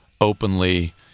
openly